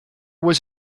was